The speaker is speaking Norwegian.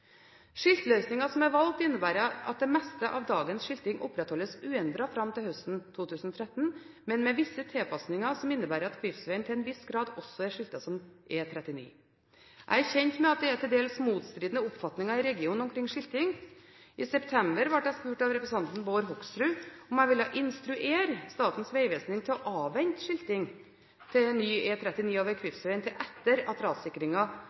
som er valgt, innebærer at det meste av dagens skilting opprettholdes uendret fram til høsten 2013, men med visse tilpasninger som innebærer at Kvivsvegen til en viss grad også er skiltet som E39. Jeg er kjent med at det er til dels motstridende oppfatninger i regionen omkring skilting. I september ble jeg spurt av representanten Bård Hoksrud om jeg ville instruere Statens vegvesen til å avvente skilting til ny E39 over